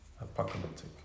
apocalyptic